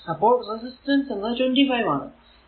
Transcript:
അപ്പോൾ റെസിസ്റ്റൻസ് എന്നത് 25 ആണ്